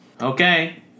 Okay